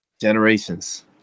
Generations